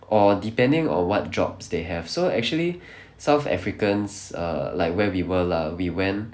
or depending on what jobs they have so actually south africans err like where we were lah we went